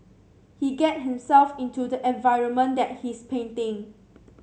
he get himself into the environment that he's painting